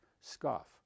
scoff